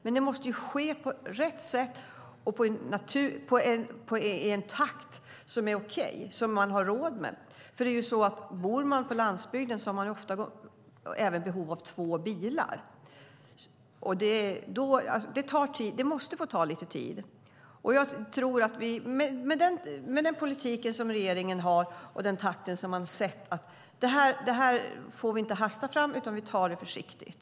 Men det måste ske på rätt sätt och i en takt som är okej, så att man har råd. Bor man på landsbygd har man ofta behov av två bilar. Det måste alltså få ta lite tid. Med den politik som regeringen har och med den takten har man sett att vi inte får hasta fram utan får ta det försiktigt.